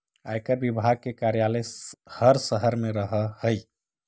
आयकर विभाग के कार्यालय हर शहर में रहऽ हई